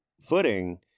footing